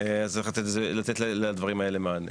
צריך לתת מענה לדברים האלה.